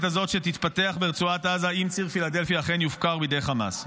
הזאת שתתפתח ברצועת עזה אם ציר פילדלפי אכן יופקר בידי חמאס.